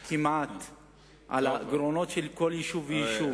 על הגירעון של כל יישוב ויישוב כמעט.